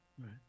right